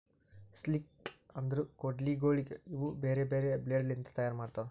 sickle ಅಂದುರ್ ಕೊಡ್ಲಿಗೋಳ್ ಇವು ಬೇರೆ ಬೇರೆ ಬ್ಲೇಡ್ ಲಿಂತ್ ತೈಯಾರ್ ಆತವ್